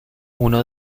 uno